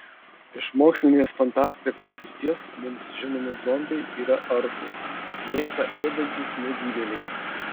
iš mokslinės fantastikos srities mums žinomi zombiai yra aršūs mėsą ėdantys negyvėliai